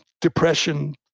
depression